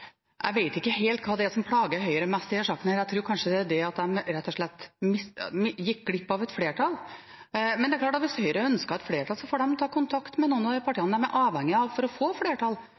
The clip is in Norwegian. Jeg vet ikke helt hva det er som plager Høyre mest i denne saken. Jeg tror kanskje det er det at de rett og slett gikk glipp av et flertall. Men hvis Høyre ønsker et flertall, får de ta kontakt med noen av de partiene de er avhengig av for å få flertall,